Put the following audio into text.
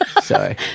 Sorry